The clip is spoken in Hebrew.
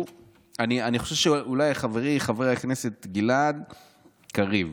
אני חושב שאולי חברי חבר הכנסת גלעד קריב,